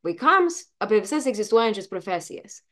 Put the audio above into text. vaikams apie visas egzistuojančias profesijas